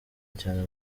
cyane